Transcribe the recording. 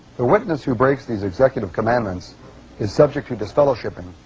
the witness who breaks these executive commandments is subject to disfellowshipping.